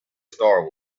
star